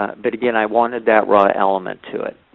ah but again i wanted that raw element to it.